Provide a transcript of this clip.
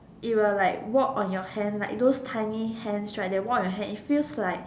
it will like walk on your hand like those tiny hands right that walk on your hands it feels like